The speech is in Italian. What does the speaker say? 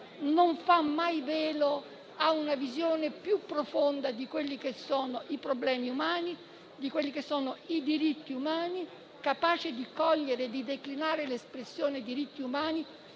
non fa mai velo a una visione più profonda di quelli che sono i problemi umani, di quelli che sono i diritti umani; una visione capace di cogliere e declinare l'espressione «diritti umani»